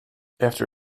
after